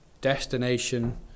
Destination